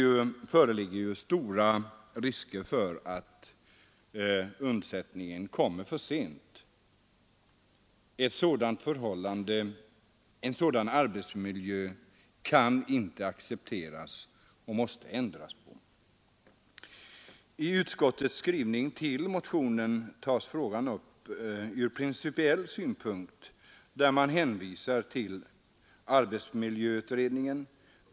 Det föreligger stora risker att hjälpen kommer för sent. En sådan arbetsmiljö kan inte accepteras utan måste ändras. I utskottets skrivning i anledning av motionen tas frågan upp ur principiell synpunkt och man hänvisar till arbetsmiljöutredningen.